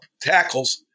tackles